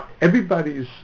Everybody's